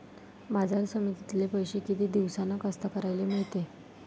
बाजार समितीतले पैशे किती दिवसानं कास्तकाराइले मिळते?